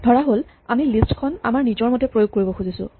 ধৰাহ'ল আমি লিষ্ট খন আমাৰ নিজৰ মতে প্ৰয়োগ কৰিব খুজিছোঁ